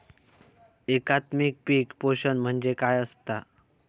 एकात्मिक पीक पोषण म्हणजे काय असतां?